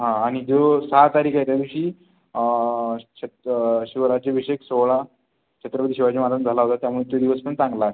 हां आणि जो सहा तारीख आहे त्यादिवशी शत् शिवराज्याभिषेक सोहळा छत्रपती शिवाजी महाराजान् झाला होता त्यामुळे तो दिवस पण चांगला आहे